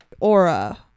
aura